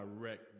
direct